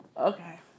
Okay